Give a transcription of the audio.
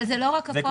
אבל זה לא רק הפוליו.